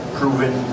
proven